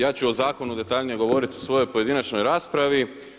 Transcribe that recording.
Ja ću u zakonu detaljnije govoriti u svojoj pojedinačnoj raspravi.